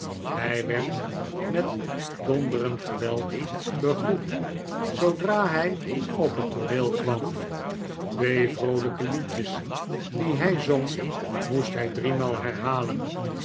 hij werd met donderend geweld begroet zoodra hij op het tooneel kwam twee vroolijke liedjes die hij zong moest hij driemaal herhalen